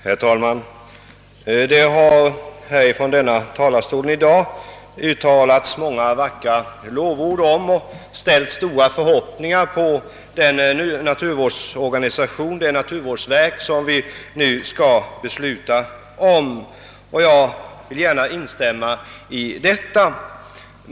Herr talman! Det har från denna talarstol i dag uttalats många vackra lovord om det föreliggande förslaget, och det har ställts stora förhoppningar på det naturvårdsverk som vi nu skall besluta om. Jag vill gärna instämma i detta.